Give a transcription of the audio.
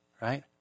right